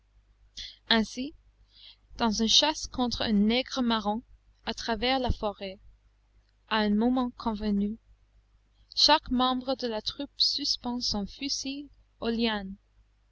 ainsi dans une chasse contre un nègre marron à travers la forêt à un moment convenu chaque membre de la troupe suspend son fusil